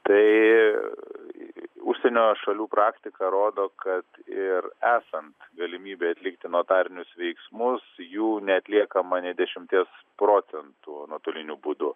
tai užsienio šalių praktika rodo kad ir esant galimybei atlikti notarinius veiksmus jų neatliekama nė dešimties procentų nuotoliniu būdu